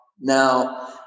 Now